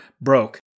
broke